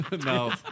No